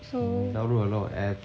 can download a lot of apps